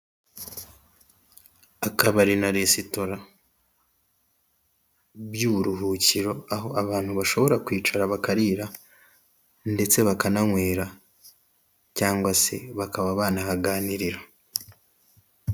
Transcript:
Akabari na resitora by'uburuhukiro aho abantu bashobora kwicara bakarira ndetse bakananywera cyangwa se bakaba banahaganirira.